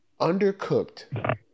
undercooked